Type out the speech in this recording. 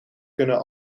kunnen